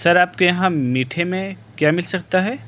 سر آپ کے یہاں میٹھے میں کیا مل سکتا ہے